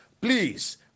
please